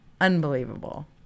unbelievable